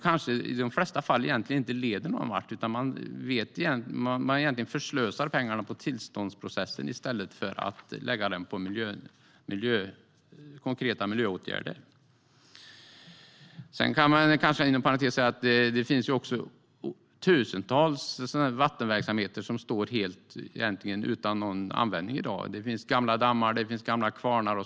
I de flesta fall leder de inte någonvart. Pengarna förslösas på tillståndsprocessen i stället för att de läggs på konkreta miljöåtgärder. Det finns tusentals vattenverksamheter som står utan att användas i dag. Det finns gamla dammar och kvarnar.